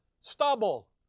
Stubble